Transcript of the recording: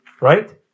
right